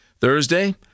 Thursday